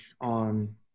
on